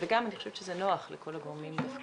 לכל הפונים ולא שמענו את כל הפונים בגלל